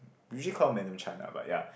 usually call her Madam Chan lah but ya